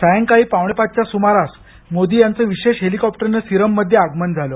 सायकाळी पावणेपाच च्या सुमारास मोदी यांच विशेष हेलिकॉप्टरने सिरममध्ये आगमन झालं